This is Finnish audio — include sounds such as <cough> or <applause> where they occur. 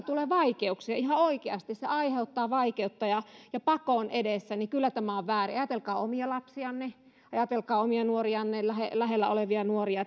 <unintelligible> tulee vaikeuksia ihan oikeasti se aiheuttaa vaikeutta ja ja pakon edessä kyllä tämä on väärin ajatelkaa omia lapsianne ajatelkaa omia nuorianne lähellä olevia nuoria